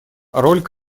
роль